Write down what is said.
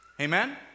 Amen